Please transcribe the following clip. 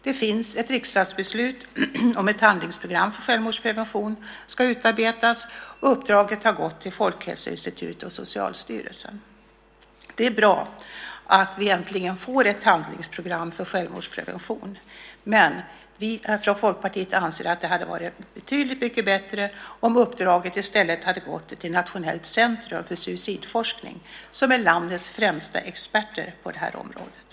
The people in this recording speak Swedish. Det finns ett riksdagsbeslut om att ett handlingsprogram för självmordsprevention ska utarbetas. Uppdraget har gått till Folkhälsoinstitutet och Socialstyrelsen. Det är bra att vi äntligen får ett handlingsprogram för självmordsprevention, men vi från Folkpartiet anser att det hade varit betydligt bättre om uppdraget i stället gått till Nationellt centrum för suicidforskning, som är landets främsta experter på området.